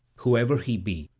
whoever he be,